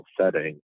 setting